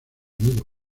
mucho